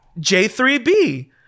J3B